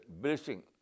blessing